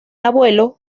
abuelo